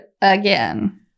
again